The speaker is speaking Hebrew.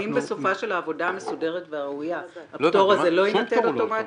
האם בסופה של העבודה המסודרת והראויה הפטור הזה לא יינתן אוטומטית?